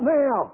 now